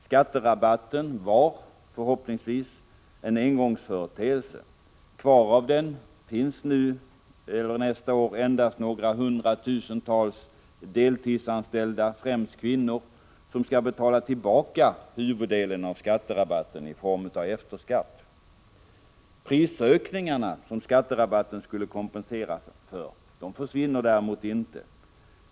Skatterabatten var, förhoppningsvis, en engångsföreteelse. Kvar av den finns nästa år endast några hundratusental deltidsanställda — främst kvinnor — som skall betala tillbaka huvuddelen av skatterabatten i form av efterskatt. Prisökningarna, som skatterabatten skulle kompensera för, försvinner däremot inte.